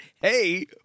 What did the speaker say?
Hey